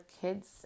kids